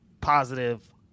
positive